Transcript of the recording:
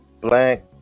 black